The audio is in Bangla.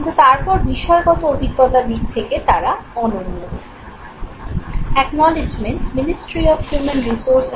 কিন্তু তারপর বিষয়গত অভিজ্ঞতার দিক থেকে তারা অনন্য